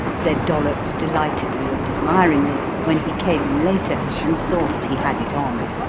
said dollops, delightedly and admiringly, when he came in later and saw that he had it on.